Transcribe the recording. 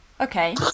Okay